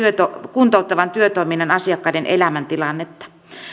kuntouttavan työtoiminnan asiakkaiden elämäntilannetta